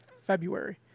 February